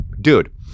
dude